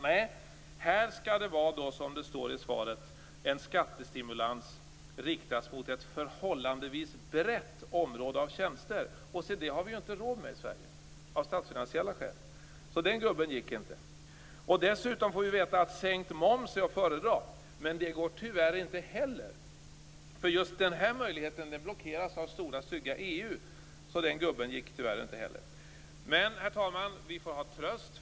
Nej, här skall, som det står i svaret, en skattestimulans riktas mot ett förhållandevis brett område av tjänster. Men det har vi ju inte råd med i Sverige av statsfinansiella skäl, så den gubben gick inte. Dessutom får vi veta att sänkt moms är att föredra. Men det går tyvärr inte heller. Den möjligheten blockeras av stora stygga EU, så den gubben gick tyvärr inte heller. Men, herr talman, vi får tröst.